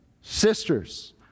sisters